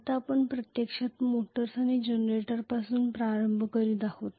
आता आपण प्रत्यक्षात मोटर्स आणि जनरेटरपासून प्रारंभ करणार आहोत